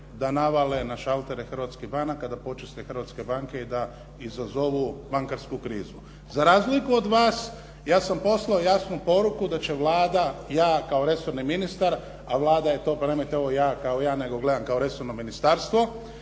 da navale na šaltere hrvatskih banaka da počiste hrvatske banke i da izazovu bankarsku krizu. Za razliku od vas, ja sam poslao jasnu poruku da će Vlada, ja kao resorni ministar, a Vlada je to, bar nemojte ovo ja kao ja, nego gledam kao resorno ministarstvo,